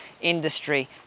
industry